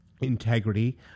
integrity